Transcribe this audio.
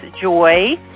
Joy